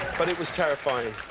but it was terrifying.